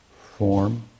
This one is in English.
form